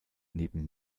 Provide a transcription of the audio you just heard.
neben